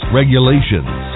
regulations